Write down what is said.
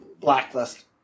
blacklist